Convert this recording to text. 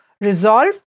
resolve